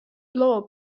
loo